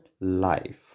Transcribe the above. life